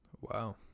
Wow